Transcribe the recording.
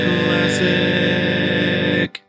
classic